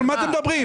על מה אתם מדברים?